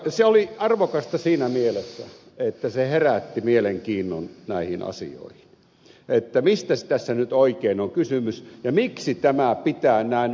se oli arvokasta siinä mielessä että se herätti mielenkiinnon näihin asioihin että mistäs tässä nyt oikein on kysymys ja miksi tämä pitää näin auvoisena esitellä